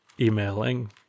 emailing